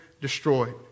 destroyed